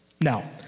Now